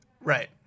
Right